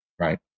Right